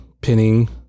pinning